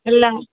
എല്ലാം